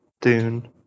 dune